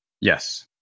Yes